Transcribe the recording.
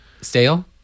Stale